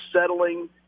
settling